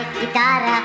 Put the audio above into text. guitar